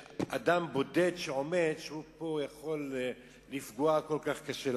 שאדם בודד שעומד יכול לפגוע כל כך קשה.